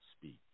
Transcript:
speak